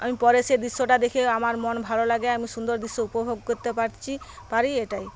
আমি পরে সে দৃশ্যটা দেখে আমার মন ভালো লাগে আমি সুন্দর দৃশ্য উপভোগ করতে পারছি পারি এটাই